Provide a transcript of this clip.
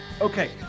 Okay